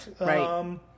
right